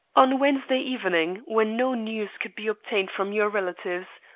on wednesday evening when no news could be obtained from your relatives,